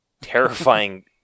terrifying